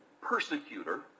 persecutor